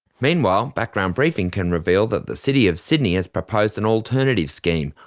meanwhile, background briefing can reveal that the city of sydney has proposed an alternative scheme,